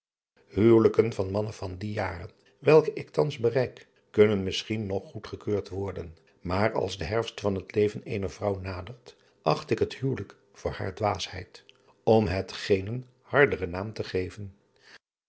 uwelijken van mannen van die jaren welke ik thans bereik kunnen misschien nog goedgekeurd worden maar als de herfst van het leven eener vrouwe nadert acht ik het huwelijk voor haar dwaasheid om het geenen harderen naam te geven